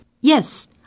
Yes